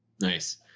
Nice